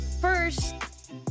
First